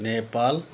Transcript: Nepal